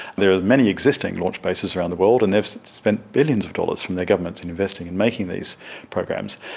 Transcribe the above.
there are many existing launch bases around the world and they have spent billions of dollars from their governments in investing and making these programs,